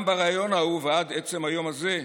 גם בריאיון ההוא, ועד עצם היום הזה,